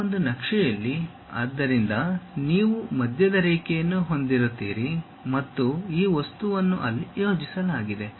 ಆ ಒಂದು ನಕ್ಷೆಯಲ್ಲಿ ಆದ್ದರಿಂದ ನೀವು ಮಧ್ಯದ ರೇಖೆಯನ್ನು ಹೊಂದಿರುತ್ತೀರಿ ಮತ್ತು ಈ ವಸ್ತುವನ್ನು ಅಲ್ಲಿ ಯೋಜಿಸಲಾಗಿದೆ